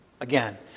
Again